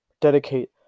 dedicate